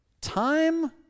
time